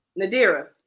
Nadira